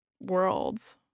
worlds